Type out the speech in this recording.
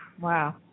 Wow